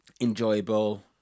enjoyable